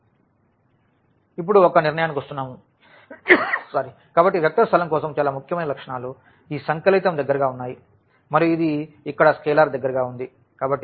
మరియు ఇప్పుడు ఒక నిర్ణయానికి వస్తున్నాము కాబట్టి వెక్టర్ స్థలం కోసం చాలా ముఖ్యమైన లక్షణాలు ఈ సంకలితం దగ్గరగా ఉన్నాయి మరియు ఇది ఇక్కడ స్కేలార్ దగ్గరగా ఉంది